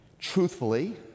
Truthfully